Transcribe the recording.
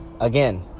again